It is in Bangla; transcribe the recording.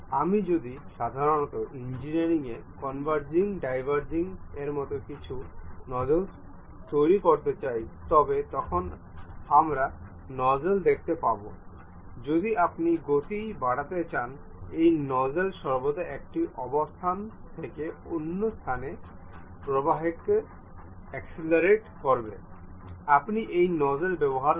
আমি যদি সাধারণত ইঞ্জিনিয়ারিং এ কনভারজিং ডাইভারজিং এর মতো কিছু নোজল তৈরি করতে চাই তবে তখন আমরা নোজল দেখতে পাব যদি আপনি গতি বাড়াতে চান এই নোজল সর্বদা এক অবস্থান থেকে অন্য স্থানে প্রবাহকে অ্যাক্সিলারেট করবে আপনি এই নোজল ব্যবহার করুন